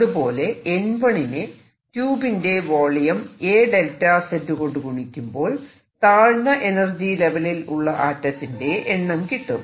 അതുപോലെ n1 വിനെ ട്യൂബിന്റെ വോളിയം a 𝚫z കൊണ്ട് ഗുണിക്കുമ്പോൾ താഴ്ന്ന എനർജി ലെവലിൽ ഉള്ള ആറ്റത്തിന്റെ എണ്ണം കിട്ടും